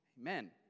Amen